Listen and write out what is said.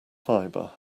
fibre